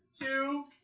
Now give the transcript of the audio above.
two